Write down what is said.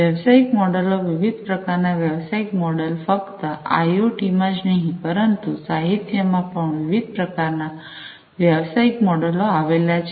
વ્યવસાયિક મોડેલો વિવિધ પ્રકારના વ્યવસાયિક મોડેલ ફક્ત આઇઓટી માં જ નહીં પરંતુ સાહિત્ય માં પણ વિવિધ પ્રકાર ના વ્યવસાયિક મોડેલો આવેલા છે